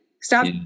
Stop